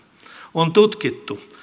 on tutkittu